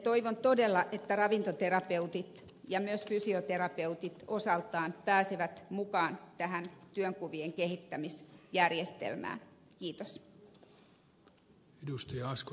toivon todella että ravintoterapeutit ja myös fysioterapeutit osaltaan pääsevät mukaan tähän työnkuvien kehittämisjärjestelmään